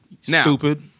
Stupid